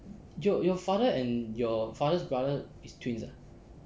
your father and your father's brother is twins ah